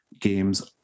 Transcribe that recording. games